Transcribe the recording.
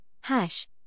hash